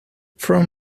from